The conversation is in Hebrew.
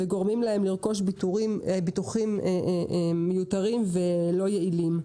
וגורמים להם לרכוש ביטוחים מיותרים ולא יעילים.